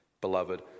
Beloved